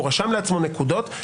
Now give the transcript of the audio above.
הוא רשם לעצמו נקודות,